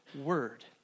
word